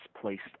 placed